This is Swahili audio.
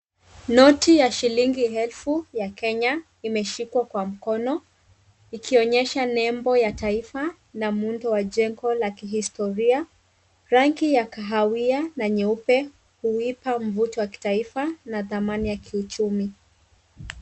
Noti ya shilingi elfu ya Kenya imeshikwa kwa mkono ikionyesha nembo ya taifa na muundo wa jengo la kihistoria. Rangi ya kahawia na nyeupe huipa mvuto wa kitaifa na thamani ya kiuchumi.